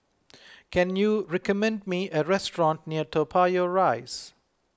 can you recommend me a restaurant near Toa Payoh Rise